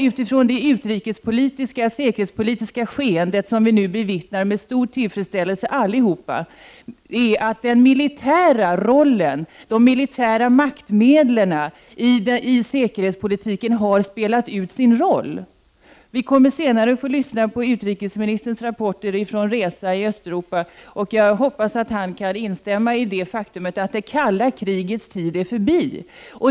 Utifrån det utrikespolitiska och säkerhetspolitiska skeendet som nu alla med stor tillfredsställelse bevittnar menar vi att den militära rollen och de militära maktmedlen i säkerhetspolitiken nu har spelat ut sin roll. Vi kommer senare att få lyssna på utrikesministerns rapporter från sin resa i Östeuropa. Jag hoppas att han kan instämma i det faktumet att det kalla krigets tid är förbi.